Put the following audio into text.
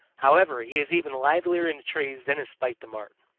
however, he is even livelier in the trees than is spite the marten.